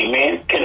Amen